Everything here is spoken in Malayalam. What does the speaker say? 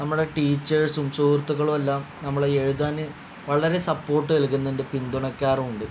നമ്മുടെ ടീച്ചേഴ്സും സുഹൃത്തുക്കളും എല്ലാം നമ്മളെ എഴുതാന് വളരെ സപ്പോർട്ട് നൽകുന്നുണ്ട് പിന്തുണക്കാറുമുണ്ട്